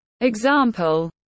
example